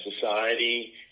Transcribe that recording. society